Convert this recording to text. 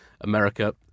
America